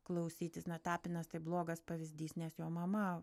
klausytis na tapinas tai blogas pavyzdys nes jo mama